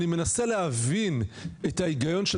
אני מנסה להבין את ההיגיון,